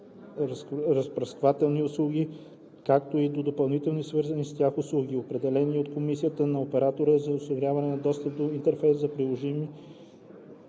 разпръсквателни услуги, както и до допълнителни свързани с тях услуги, определени от комисията, на оператори за осигуряване на достъп до интерфейси за приложни